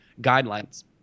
guidelines